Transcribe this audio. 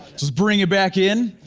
just bring it back in.